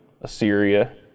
Assyria